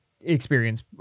experience